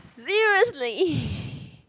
seriously